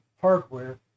hardware